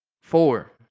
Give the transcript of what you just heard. Four